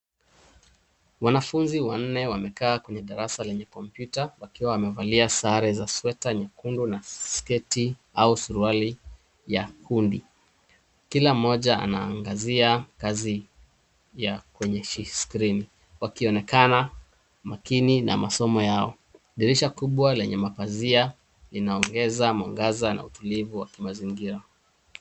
Wanafunzi wanne wamekaa kwenye darasa lenye kompyuta wakiwa wamevalia sare za sweta nyekundu na sketi au suruali ya udi. Kila mmoja anaangazia kazi kwenye skrini wakionekana makini na masomo yao. Dirisha kubwa lenye mapazia inaongeza mwangaza na utulivu kwenye kimazingira.